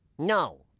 no!